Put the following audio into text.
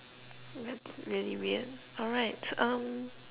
that's really weird alright um